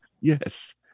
Yes